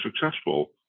successful